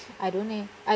I don't know eh I